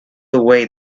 away